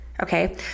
Okay